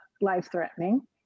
life-threatening